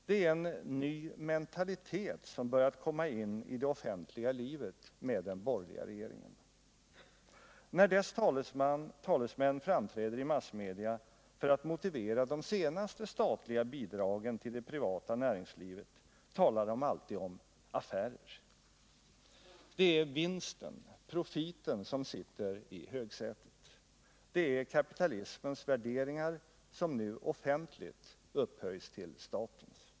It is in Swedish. Det är en ny mentalitet som börjat komma in i det offentliga livet med den borgerliga regeringen. När dess talesmän framträder i massmedia för att motivera de senaste statliga bidragen till det privata näringslivet, talar de alltid om ”affärer”. Det är vinsten, profiten som sitter i högsätet. Det är kapitalismens värderingar som nu offentligt upphöjs till statens.